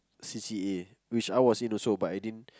C_C_A which I was in also but I didn't